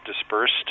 dispersed